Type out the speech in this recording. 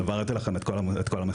העברתי לכם את כל המסמכים.